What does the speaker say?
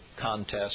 contest